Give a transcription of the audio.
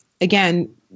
again